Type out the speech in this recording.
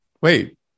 wait